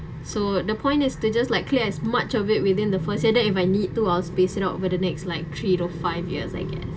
so the point is to just like clear as much of it within the first year then if I need to I'll space it out over the next like three to five years like that